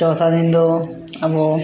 ᱪᱳᱛᱷᱟ ᱫᱤᱱ ᱫᱚ ᱟᱵᱚ